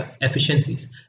efficiencies